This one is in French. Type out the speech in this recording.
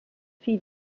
fit